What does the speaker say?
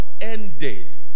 ended